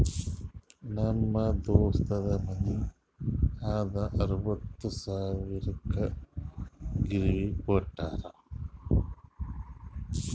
ನಮ್ ದೋಸ್ತದು ಮನಿ ಅದಾ ಅರವತ್ತ್ ಸಾವಿರಕ್ ಗಿರ್ವಿಗ್ ಕೋಟ್ಟಾರ್